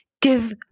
Give